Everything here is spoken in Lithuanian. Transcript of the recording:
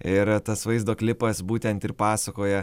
ir tas vaizdo klipas būtent ir pasakoja